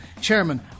chairman